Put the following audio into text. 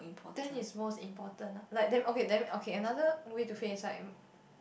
than his most important lah like then okay then okay another way to face like